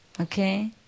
okay